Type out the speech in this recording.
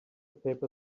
paper